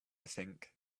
think